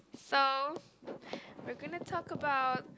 so we're gonna talk about